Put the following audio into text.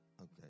Okay